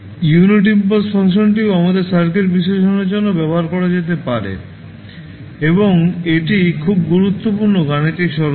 unit impulse ফাংশনটিও আমাদের circuit বিশ্লেষণের জন্য ব্যবহার করা যেতে পারে এবং এটি খুব গুরুত্বপূর্ণ গাণিতিক সরঞ্জাম